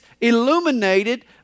illuminated